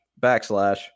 backslash